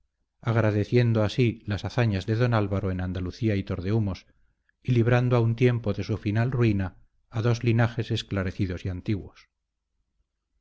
agradeciendo así las hazañas de don álvaro en andalucía y tordehumos y librando a un tiempo de su final ruina a dos linajes esclarecidos y antiguos